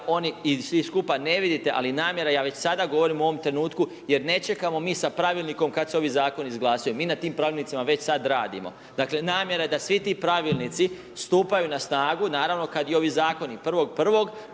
skupa ne vidite, ali namjera, ja već sada govorim u ovom trenutku jer ne čekamo mi sa pravilnikom kad se ovi zakoni izglasuju. Mi na tim pravilnicima već sad radimo. Dakle, namjera je da svi ti pravilnici stupaju na snagu, naravno kad i ovi Zakoni, 1.1.